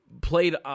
played